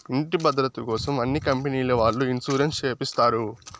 ఇంటి భద్రతకోసం అన్ని కంపెనీల వాళ్ళు ఇన్సూరెన్స్ చేపిస్తారు